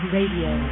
Radio